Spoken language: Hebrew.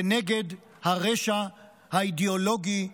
כנגד הרשע האידיאולוגי,